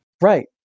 Right